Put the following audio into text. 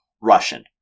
Russian